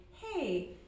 hey